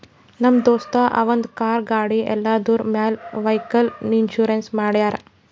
ನಮ್ ದೋಸ್ತ ಅವಂದ್ ಕಾರ್, ಗಾಡಿ ಎಲ್ಲದುರ್ ಮ್ಯಾಲ್ ವೈಕಲ್ ಇನ್ಸೂರೆನ್ಸ್ ಮಾಡ್ಯಾರ್